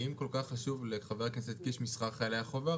אם כל כך חשוב לחבר הכנסת קיש שכר חיילי החובה,